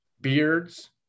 beards